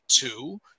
two